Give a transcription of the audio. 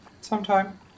Sometime